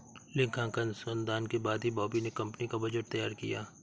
लेखांकन अनुसंधान के बाद ही बॉबी ने कंपनी का बजट तैयार किया